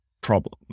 problem